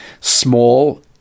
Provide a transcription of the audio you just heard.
small